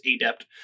adept